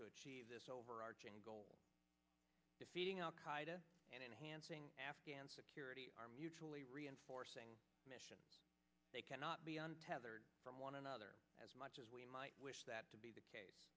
to achieve this overarching goal defeating al qaida and enhancing afghan security are mutually reinforcing missions they cannot be untethered from one another as much as we might wish that to be the case